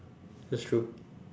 that's true